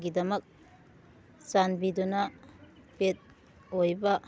ꯒꯤꯗꯃꯛ ꯆꯥꯟꯕꯤꯗꯨꯅ ꯄꯦꯗ ꯑꯣꯏꯕ